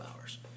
hours